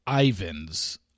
Ivan's